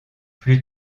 plus